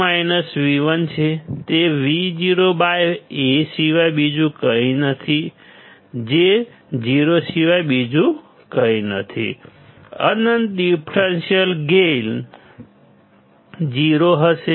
તે VoA સિવાય બીજું કંઈ નથી જે 0 સિવાય બીજું કંઈ નથી અનંત ડિફરન્સીયલ ગેઇન 0 હશે